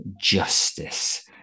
justice